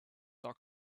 doc